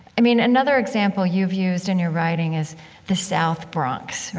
i mean, another example you've used in your writing is the south bronx,